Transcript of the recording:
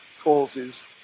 causes